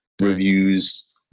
reviews